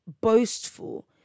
boastful